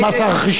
במס הרכישה.